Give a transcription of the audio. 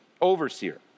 Overseer